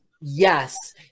Yes